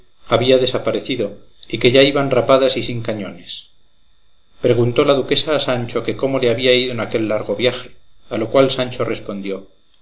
había desaparecido y que ya iban rapadas y sin cañones preguntó la duquesa a sancho que cómo le había ido en aquel largo viaje a lo cual sancho respondió